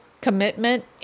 commitment